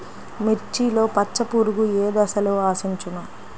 మిర్చిలో పచ్చ పురుగు ఏ దశలో ఆశించును?